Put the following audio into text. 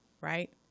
right